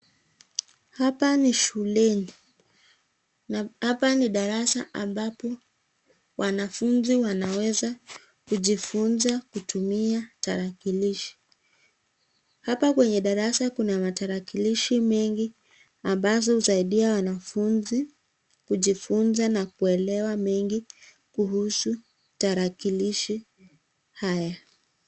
Hapa ni shuleni na hapa ni darasa ambapo wanafunzi wanaweza kujifunza kutumia tarakilishi. Hapa kwenye darasa kuna matarakilishi mengi ambazo husaidia wanafunzi kujifunza na kuelewa mengi kuhusu tarakilishi haya.